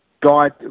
guide